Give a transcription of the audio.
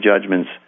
judgments